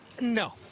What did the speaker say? No